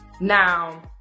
Now